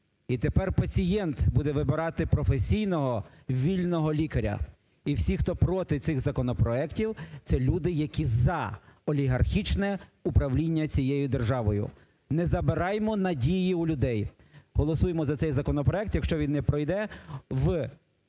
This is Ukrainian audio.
І тепер пацієнт буде вибирати професійного вільного лікаря. І всі, хто проти цих законопроектів, це люди, які за олігархічне управління цією державою. Не забираймо надії у людей. Голосуймо за цей законопроект. Якщо він не пройде, в